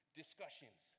discussions